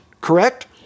Correct